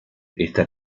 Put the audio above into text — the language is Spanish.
esta